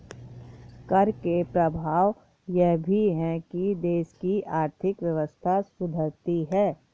कर के प्रभाव यह भी है कि देश की आर्थिक व्यवस्था सुधरती है